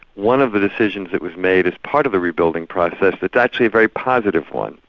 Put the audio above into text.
one of the decisions that was made as part of the rebuilding process, that's actually a very positive one,